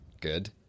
Good